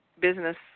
business